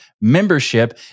membership